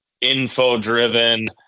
info-driven